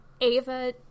Ava